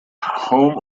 home